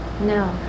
No